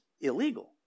illegal